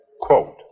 Quote